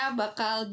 bakal